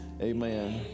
Amen